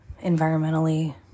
environmentally